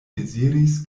deziris